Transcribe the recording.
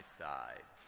side